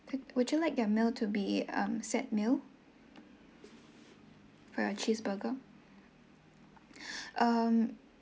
would you like your meal to be um set meal for your cheeseburger um